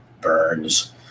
Burns